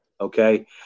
Okay